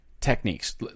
techniques